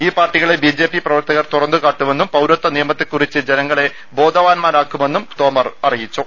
ഈ പാർട്ടിക്ളെ ബിജെപി പ്രവർത്തകർ തുറന്നുകാട്ടുമെന്നും പുൌരതി നിയമത്തെക്കുറിച്ച് ജനങ്ങളെ ബോധവാന്മാരാ ക്കുമെന്നും തോമർ പറഞ്ഞു